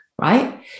right